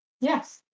Yes